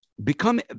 Become